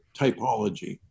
typology